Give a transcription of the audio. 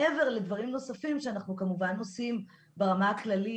מעבר לדברים נוספים שאנחנו כמובן עושים ברמה הכללית.